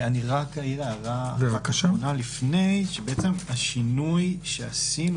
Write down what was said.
רק אעיר הערה לפני השינוי שעשינו,